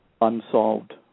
unsolved